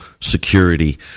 security